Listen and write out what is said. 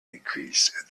increase